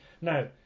now